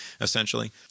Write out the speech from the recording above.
essentially